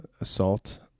assault